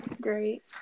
Great